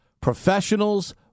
professionals